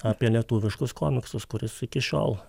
apie lietuviškus komiksus kuris iki šiol